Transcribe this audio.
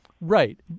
Right